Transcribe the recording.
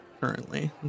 currently